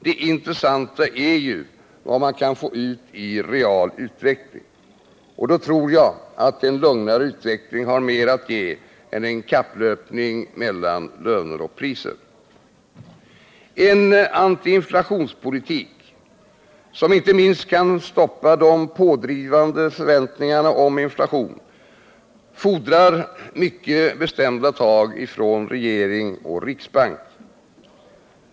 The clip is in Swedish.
Det intressanta är vad man kan få ut i real utveckling. Och då tror jag att en lugnare utveckling har mer att ge än en kapplöpning mellan löner och priser. En antiinflationspolitik som inte minst kan stoppa de pådrivande förväntningarna om inflation fordrar mycket bestämda tag från regering och riksbank.